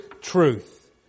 truth